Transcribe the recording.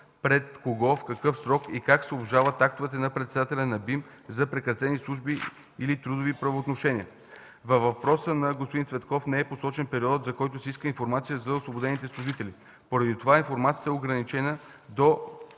пред кого, в какъв срок и как се обжалват актовете на председателя на БИМ за прекратени служебни или трудови правоотношения. Във въпроса на господин Цветков не е посочен периодът, за който се иска информация за освободените служители. Поради това информацията е ограничена до